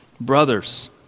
Brothers